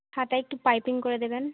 হাতায় একটু পাইপিং করে দেবেন